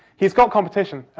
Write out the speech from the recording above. he's got competition,